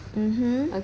mmhmm